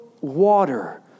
water